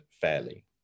fairly